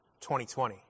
2020